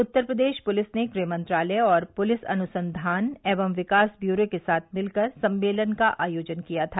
उत्तर Pradesh police ने गृह मंत्रालय और पुलिस अनुसंधान एवं विकास ब्यूरो के साथ मिलकर सम्मेलन का आयोजन किया था